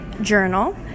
journal